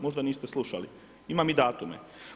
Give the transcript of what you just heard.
Možda niste slušali, imam i datume.